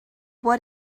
what